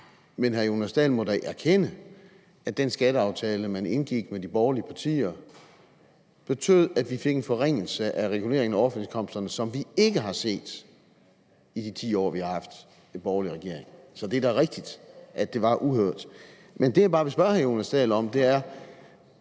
men hr. Jonas Dahl må da erkende, at den skatteaftale, man indgik med de borgerlige partier, betød, at vi fik en forringelse af reguleringen af overførselsindkomsterne, som vi ikke har set i de 10 år, vi har haft en borgerlig regering. Så det er da rigtigt, at det var uhørt. Det, jeg bare vil spørge hr. Jonas Dahl om, er: